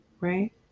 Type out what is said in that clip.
right